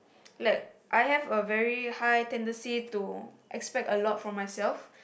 like I have a very high tendency to expect a lot from myself